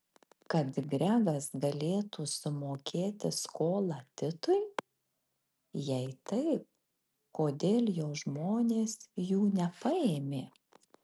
kad gregas galėtų sumokėti skolą titui jei taip kodėl jo žmonės jų nepaėmė